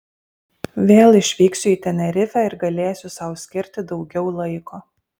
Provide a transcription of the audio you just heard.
vėl išvyksiu į tenerifę ir galėsiu sau skirti daugiau laiko